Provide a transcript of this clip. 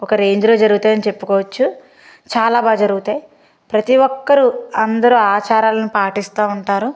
ఒక రేంజ్లో జరుగుతాయని చెప్పుకోవచ్చు చాలా బా జరుగుతాయి ప్రతీ ఒక్కరు అందరూ ఆచారాలను పాటిస్తా ఉంటారు